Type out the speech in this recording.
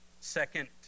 Second